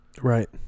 Right